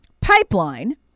pipeline